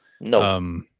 No